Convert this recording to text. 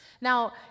Now